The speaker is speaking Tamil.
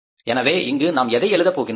எனவே இங்கு நாம் எதை எழுத போகின்றோம்